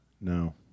No